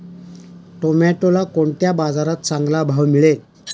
टोमॅटोला कोणत्या बाजारात चांगला भाव मिळेल?